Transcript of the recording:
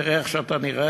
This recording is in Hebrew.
תראה איך אתה נראה,